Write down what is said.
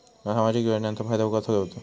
सामाजिक योजनांचो फायदो कसो घेवचो?